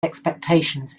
expectations